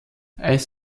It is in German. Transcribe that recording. eis